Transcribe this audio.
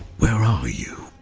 where are you,